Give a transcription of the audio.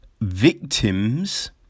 victims